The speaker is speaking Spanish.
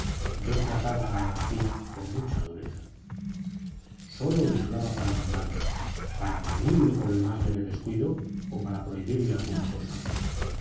yo trataba a garcía con mucha dureza sólo le hablaba para mandarle para reñirle por el más leve descuido o para prohibirle alguna cosa